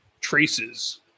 traces